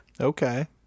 Okay